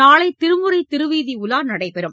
நாளை திருமுறை திருவீதி உலா நடைபெறும்